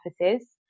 offices